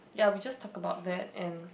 ya we just tall about that and